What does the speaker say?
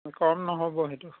কম নহ'ব সেইটো